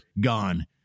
gone